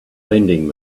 lending